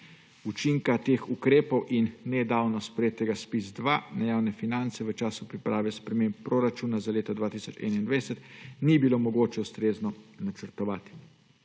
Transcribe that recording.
Učinkov teh ukrepov in nedavno sprejetega ZPIZ-2 na javne finance v času priprave sprememb proračuna za leto 2021 ni bilo mogoče ustrezno načrtovati.